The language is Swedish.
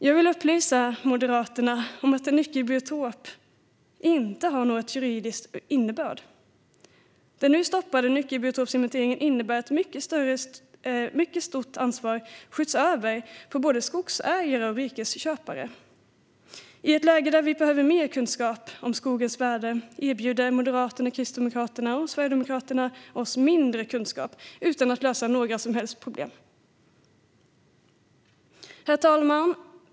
Jag vill upplysa Moderaterna om att en nyckelbiotop inte har någon juridisk innebörd. Den nu stoppade nyckelbiotopsinventeringen innebär att ett mycket stort ansvar skjuts över på både skogsägare och virkesköpare. I ett läge där vi behöver mer kunskap om skogens värde erbjuder Moderaterna, Kristdemokraterna och Sverigedemokraterna oss mindre kunskap utan att lösa några som helst problem. Herr talman!